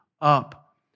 up